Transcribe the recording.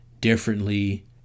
differently